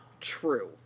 True